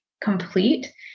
Complete